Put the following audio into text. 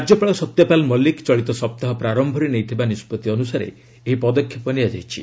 ରାଜ୍ୟପାଳ ସତ୍ୟପାଳ ମଲିକ୍ ଚଳିତ ସପ୍ତାହ ପ୍ରାରମ୍ଭରେ ନେଇଥିବା ନିଷ୍ପତ୍ତି ଅନୁସାରେ ଏହି ପଦକ୍ଷେପ ନିଆଯାଇଛି